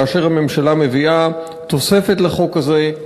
כאשר הממשלה מביאה תוספת לחוק הזה,